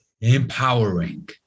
empowering